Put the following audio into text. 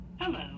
Hello